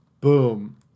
boom